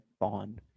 Bond